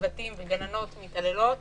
צוותים וגננות מתעלולת